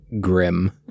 grim